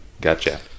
Gotcha